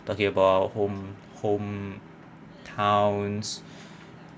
talking about home home towns